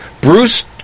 Bruce